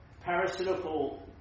parasitical